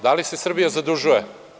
Da li se Srbija zadužuje?